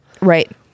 Right